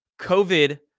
COVID